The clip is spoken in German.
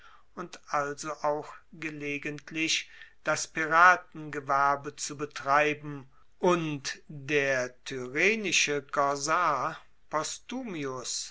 und also auch gelegentlich das piratengewerbe zu betreiben und der tyrrhenische